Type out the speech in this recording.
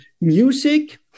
music